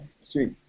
sweet